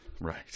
Right